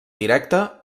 directe